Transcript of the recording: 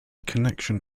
connection